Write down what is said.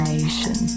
Nation